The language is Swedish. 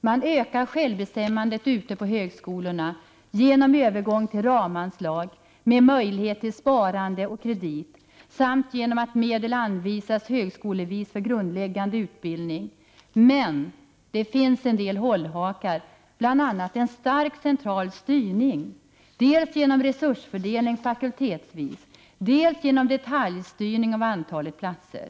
Man vill öka självbestämmandet på högskolorna genom en övergång till ramanslag med möjligheter till sparande och kredit, och genom att medel för grundläggande utbildning anvisas högskolevis. Men det finns en del hållhakar. Det finns bl.a. en stark central styrning dels genom resursfördelning fakultetsvis, dels genom detaljstyrning av antalet platser.